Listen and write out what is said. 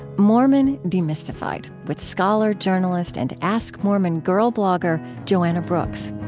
mormon demystified with scholar, journalist, and ask mormon girl blogger joanna brooks